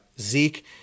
Zeke